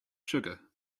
sugar